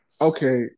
Okay